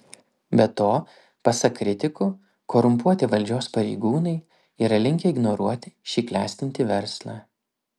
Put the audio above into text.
be to pasak kritikų korumpuoti valdžios pareigūnai yra linkę ignoruoti šį klestintį verslą